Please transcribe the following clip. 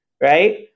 right